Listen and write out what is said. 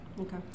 Okay